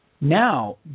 Now